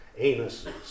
anuses